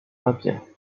fabien